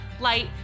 light